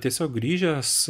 tiesiog grįžęs